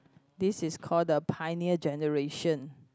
this is call the pioneer generation